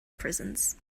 prisons